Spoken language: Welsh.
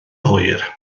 hwyr